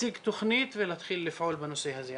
להציג תוכנית ולהתחיל לפעול בנושא הזה.